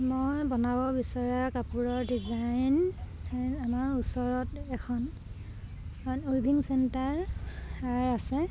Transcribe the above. মই বনাব বিচৰা কাপোৰৰ ডিজাইন আমাৰ ওচৰত এখন উইভিং চেণ্টাৰ আছে